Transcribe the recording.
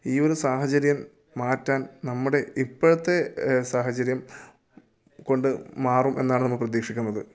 ഈ ഒരു സാഹചര്യം മാറ്റാൻ നമ്മുടെ ഇപ്പോഴത്തെ സാഹചര്യം കൊണ്ട് മാറും എന്നാണ് നമ്മൾ പ്രതീക്ഷിക്കുന്നത്